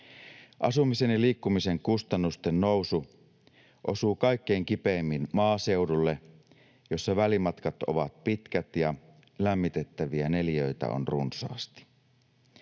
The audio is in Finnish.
Asumisen ja liikkumisen kustannusten nousu osuu kaikkein kipeimmin maaseudulle, missä välimatkat ovat pitkät ja lämmitettäviä neliöitä on runsaasti.